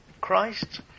Christ